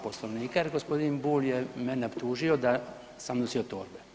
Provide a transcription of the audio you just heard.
Poslovnika jer gospodin Bulj je mene optužio da sam nosio torbe.